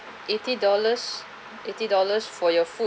eighty dollars eighty dollars for your food